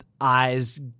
eyes